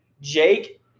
Jake